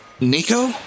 Nico